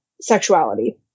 sexuality